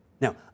Now